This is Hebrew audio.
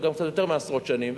וגם קצת יותר מעשרות שנים,